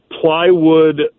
plywood